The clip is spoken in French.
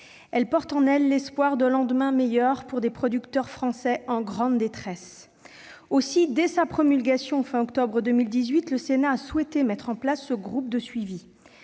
Elle porte en elle l'espoir de lendemains meilleurs pour des producteurs français en grande détresse. Aussi, dès sa promulgation, fin octobre 2018, le Sénat a souhaité mettre en place un groupe de suivi.